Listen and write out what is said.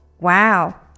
Wow